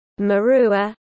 Marua